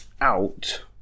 out